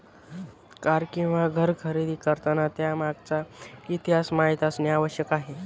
car किंवा घर खरेदी करताना त्यामागचा इतिहास माहित असणे आवश्यक आहे